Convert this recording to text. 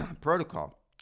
protocol